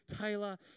Taylor